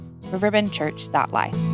riverbendchurch.life